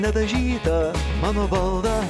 nedažyta mano baldą